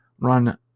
run